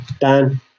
Dan